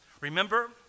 Remember